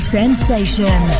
Sensation